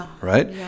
right